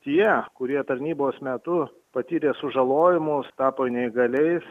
tie kurie tarnybos metu patyrė sužalojimus tapo neįgaliais